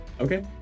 Okay